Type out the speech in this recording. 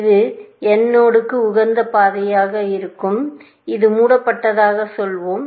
இது n நோடுக்கு உகந்த பாதையாக இருக்கட்டும் இது மூடப்பட்டதாகச் சொல்வோம்